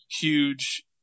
huge